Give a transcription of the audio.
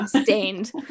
stained